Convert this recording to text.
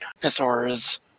dinosaurs